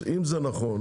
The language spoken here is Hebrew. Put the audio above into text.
אם זה נכון,